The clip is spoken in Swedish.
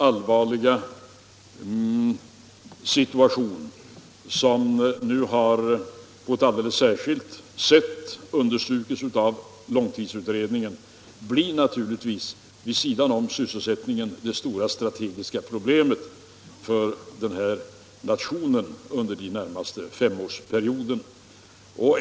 Den har nu på ett alldeles särskilt sätt understrukits av långtidsutredningen. Vid sidan av sysselsättningen blir naturligtvis återställandet av bytesbalansen det stora strategiska problemet för den här nationen under den närmaste femårsperioden.